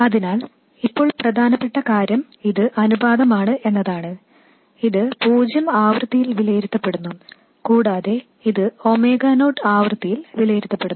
അതിനാൽ ഇപ്പോൾ പ്രധാനപ്പെട്ട കാര്യം ഇത് അനുപാതമാണ് എന്നതാണ് ഇത് പൂജ്യം ആവൃത്തിയിൽ വിലയിരുത്തപ്പെടുന്നു കൂടാതെ ഇത് ഒമേഗ നോട്ട് ആവൃത്തിയിൽ വിലയിരുത്തപ്പെടുന്നു